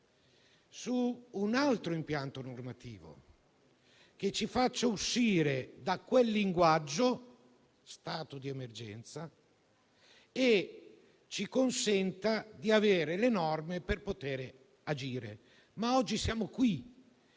su un altro impianto normativo che ci faccia uscire da quel linguaggio - stato di emergenza - e ci consenta di disporre delle norme per poter agire. Ma oggi siamo qui